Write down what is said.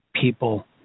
people